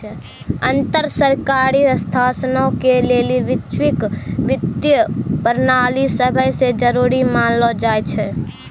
अन्तर सरकारी संस्थानो के लेली वैश्विक वित्तीय प्रणाली सभै से जरुरी मानलो जाय छै